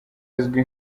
azwi